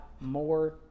more